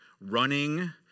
running